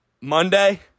Monday